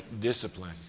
discipline